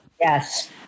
yes